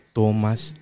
Thomas